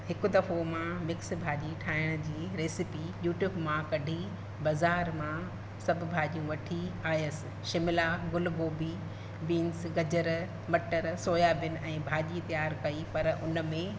हिकु दफ़ो मां मिक्स भाॼी ठाहिण जी रेसिपी यूट्यूब मां कढी बाज़ारि मां सभु भाॼियूं वठी आयासीं शिमला गुल गोभी बीन्स गजर मटर सोयाबीन ऐं भाॼी तयारु कई पर उन में